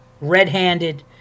red-handed